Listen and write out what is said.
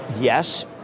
Yes